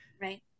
Right